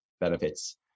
benefits